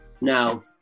Now